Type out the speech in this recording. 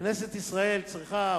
כנסת ישראל צריכה,